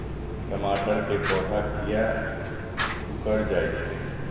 टमाटर के पौधा किया घुकर जायछे?